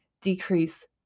decrease